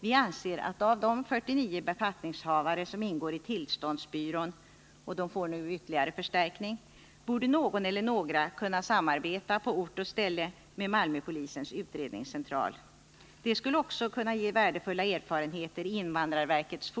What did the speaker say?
Vi anser att av de 49 befattningshavare som ingår i tillståndsbyrån — den får nu ytterligare förstärkning— borde någon eller några kunna samarbeta på ort och ställe med Malmöpolisens utredningscentral. Det skulle också ge värdefulla erfarenheter i invandrarverkets